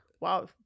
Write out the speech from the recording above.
wow